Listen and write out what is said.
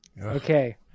Okay